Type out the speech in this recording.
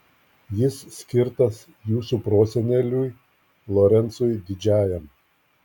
jis skirtas jūsų proseneliui lorencui didžiajam